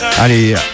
Allez